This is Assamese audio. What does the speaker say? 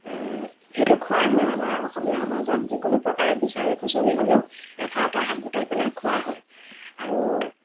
সেইটো খোৱাই হয় আমাৰ অসমীয়া সমাজত যিকোনো প্ৰকাৰে বিচাৰি খুঁচৰি হ'লেও এশ এটা শাক গোটাই পেলাই খোৱা হয় আৰু